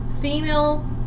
female